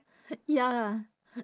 ya